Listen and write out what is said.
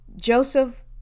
Joseph